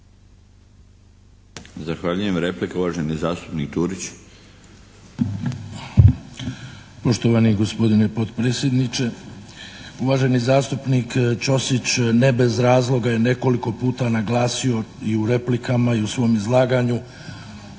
Zahvaljujem. Replika, uvaženi zastupnik Turić. **Turić, Marko (HDZ)** Poštovani gospodine potpredsjedniče. Uvaženi zastupnik Ćosić ne bez razloga je nekoliko puta naglasio i u replikama i u svom izlaganju